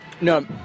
no